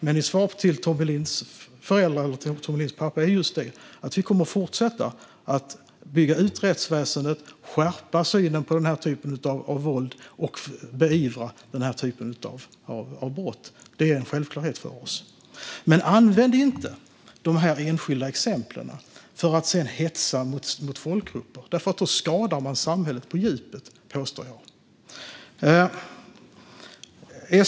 Mitt svar till Tommie Lindhs föräldrar är just att vi kommer att fortsätta att bygga ut rättsväsendet, skärpa synen på denna typ av våld och beivra denna typ av brott. Det är en självklarhet för oss. Men använd inte dessa enskilda exempel för att sedan hetsa mot folkgrupper. Då skadar man samhället på djupet, påstår jag.